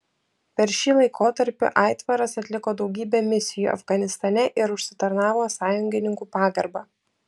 per šį laikotarpį aitvaras atliko daugybę misijų afganistane ir užsitarnavo sąjungininkų pagarbą